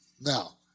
now